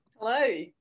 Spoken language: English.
Hello